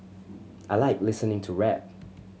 I like listening to rap